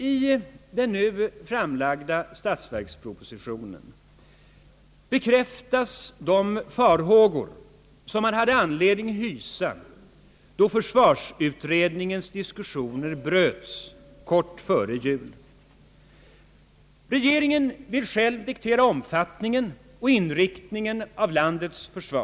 I den nu framlagda statsverkspropositionen bekräftas de farhågor som man hade anledning hysa då försvarsutredningens diskussioner bröts kort före jul. Regeringen vill själv diktera omfattningen och inriktningen av landets försvar.